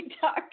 talk